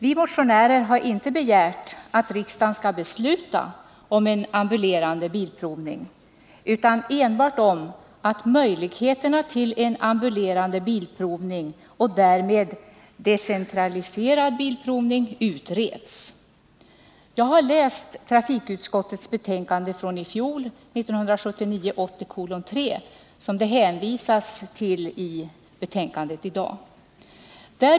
Vi motionärer har inte begärt att riksdagen skall besluta om en ambulerande bilprovning utan enbart att möjligheterna till en ambulerande bilprovning och därmed decentraliserad bilprovning utreds. Jag har läst trafikutskottets betänkande från i fjol, 1979/80:3, som man hänvisar till i det betänkande vi behandlar i dag.